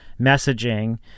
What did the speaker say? messaging